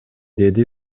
деди